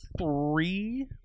three